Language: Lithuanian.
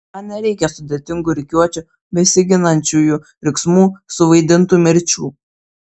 man nereikia sudėtingų rikiuočių besiginančiųjų riksmų suvaidintų mirčių